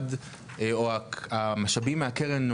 או המשאבים מהקרן,